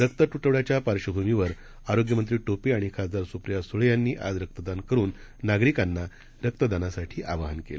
रक्त तुटवङ्याच्या पार्श्वभूमीवर आरोग्यमंत्री टोपे आणि खासदार सूप्रिया सुळे यांनी आज रक्तदान करून नागरिकांना रक्तदानासाठी आवाहन केलं